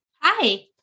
Hi